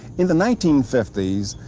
in the nineteen fifty s,